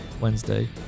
Wednesday